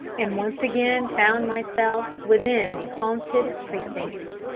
and once again found myself within the haunted precincts.